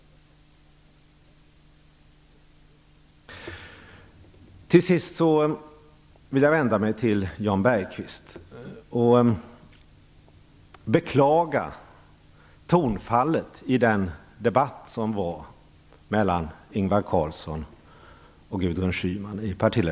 Till sist vill jag vända mig till Jan Bergqvist. Jag beklagar tonfallet i partiledardebatten mellan Ingvar Carlsson och Gudrun Schyman.